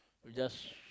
you just